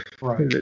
Right